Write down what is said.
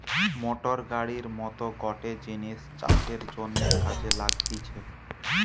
motor গাড়ির মত গটে জিনিস চাষের জন্যে কাজে লাগতিছে